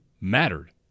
mattered